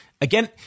Again